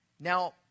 now